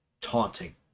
taunting